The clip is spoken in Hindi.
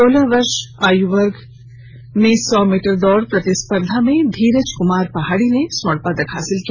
सोलह आयु बालक वर्ग की सौ मीटर दौड़ प्रतिस्पर्धा में धीरज कुमार पहाड़ी ने स्वर्ण पदक हासिल किया